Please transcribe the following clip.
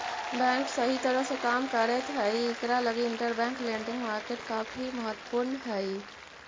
bank सही तरह से काम करैत हई इकरा लगी इंटरबैंक लेंडिंग मार्केट काफी महत्वपूर्ण हई